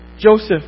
Joseph